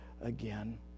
again